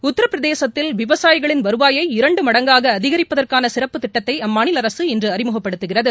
உத்திரபிரதேசத்தில் விவசாயிகளின் வருவாயை இரண்டு மடங்காக அதிகரிப்பதற்கான சிறப்பு திட்டத்தை அம்மாநில அரசு இன்று அறிமுகப்படுத்துகிறது